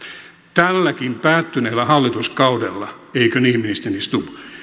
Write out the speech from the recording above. tälläkin päättyneellä hallituskaudella eikö niin ministeri stubb me